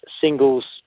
Singles